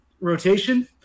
rotation